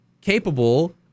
capable